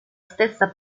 stessa